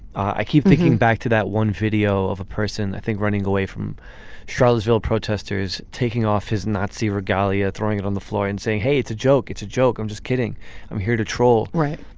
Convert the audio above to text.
i keep thinking back to that one video of a person i think running away from charlottesville protesters taking off his nazi regalia throwing it on the floor and saying hey it's a joke it's a joke i'm just kidding i'm here to troll right.